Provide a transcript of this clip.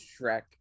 shrek